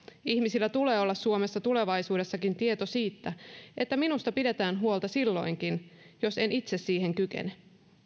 ihmisillä tulee olla suomessa tulevaisuudessakin tieto siitä että minusta pidetään huolta silloinkin jos en itse siihen kykene